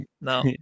no